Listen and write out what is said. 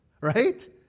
right